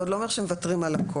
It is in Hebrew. זה עוד לא אומר שמוותרים על הכול.